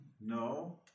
No